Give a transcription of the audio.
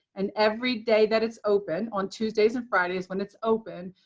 and every day that it's open, on tuesdays and fridays when it's open,